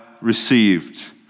received